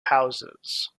houses